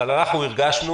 אבל אנחנו הרגשנו